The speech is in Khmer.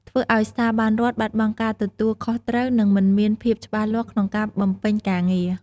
ធ្វើឱ្យស្ថាប័នរដ្ឋបាត់បង់ការទទួលខុសត្រូវ និងមិនមានភាពច្បាស់លាស់ក្នុងការបំពេញការងារ។